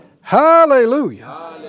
Hallelujah